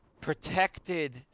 protected